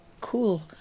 cool